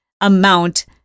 amount